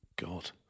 god